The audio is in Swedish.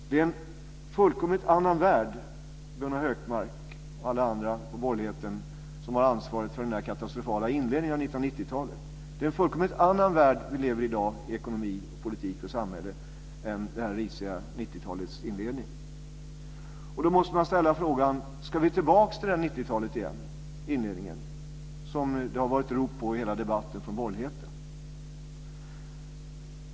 Det är en fullkomligt annan värld, Gunnar Hökmark och alla andra inom borgerligheten som var ansvariga för den katastrofala inledningen av 1990 talet, vi lever i i dag när det gäller ekonomi, politik och samhälle än den risiga inledningen på 90-talet. Då måste man ställa frågan: Ska vi tillbaka till inledningen av detta 90-tal igen som det har varit rop på från borgerligheten i hela debatten?